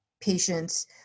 patients